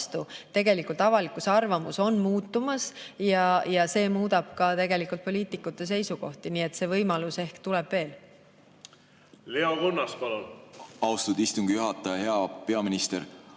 tegelikult avalik arvamus on muutumas ja see muudab poliitikute seisukohti. Nii et see võimalus ehk tuleb veel. Leo Kunnas, palun! Austatud istungi juhataja! Hea peaminister!